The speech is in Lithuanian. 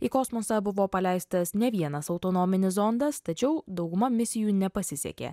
į kosmosą buvo paleistas ne vienas autonominis zondas tačiau dauguma misijų nepasisekė